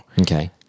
Okay